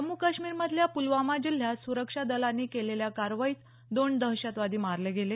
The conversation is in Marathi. जम्मू काश्मीरमधल्या प्लवामा जिल्ह्यात सुरक्षा दलानी केलेल्या कारवाईत दोन दहशतवादी मारले गेले